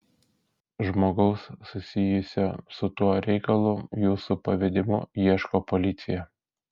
žmogaus susijusio su tuo reikalu jūsų pavedimu ieško policija